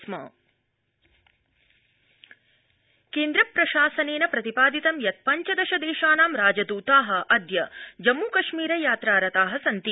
जम्मूकश्मीर यात्रा केन्द्रप्रशासनेन प्रतिपादितं यत् पञ्चदश देशानां राजदता अद्य जम्मकश्मीर यात्रा रता सन्ति